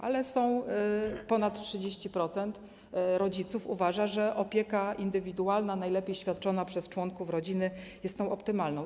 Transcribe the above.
Ale ponad 30% rodziców uważa, że opieka indywidualna, najlepiej świadczona przez członków rodziny, jest optymalna.